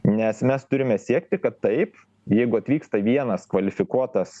nes mes turime siekti kad taip jeigu atvyksta vienas kvalifikuotas